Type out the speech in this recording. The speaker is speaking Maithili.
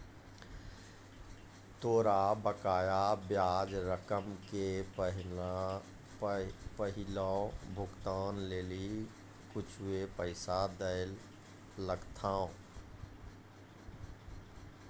तोरा बकाया ब्याज रकम के पहिलो भुगतान लेली कुछुए पैसा दैयल लगथा